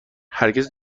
هرگز